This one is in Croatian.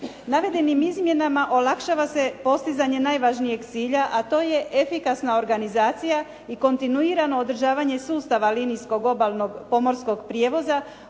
Navedenim izmjenama olakšava se postizanje najvažnijeg cilja, a to je efikasna organizacija i kontinuirano održavanje sustava linijskog obalnog pomorskog prijevoza